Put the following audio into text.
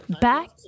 Back